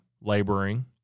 laboring